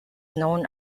known